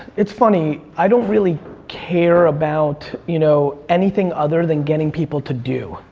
it's funny i don't really care about you know anything other than getting people to do,